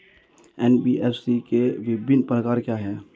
NBFC के विभिन्न प्रकार क्या हैं?